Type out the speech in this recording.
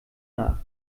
nach